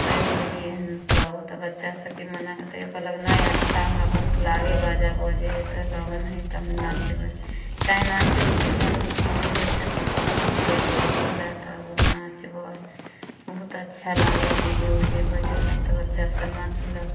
पढ़ि लेलियै हँ तब ओतऽ बच्चा सबके मना तैयो कहलक नहि अच्छा हमरा बहुत लागै हइ बाजा बजै हइ तऽ लगन हइ तऽ हम नाचबै चाहे नाँचे उचे भेल कहूँ तऽ बच्चा सब कहलक हम जेबै देखे लए तऽ ओ नाचबै बहुत अच्छा लागे है डी जे उजे बजेलक तऽ बच्चा सब नाँचलक